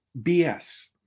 BS